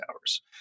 hours